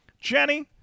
Jenny